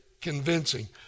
convincing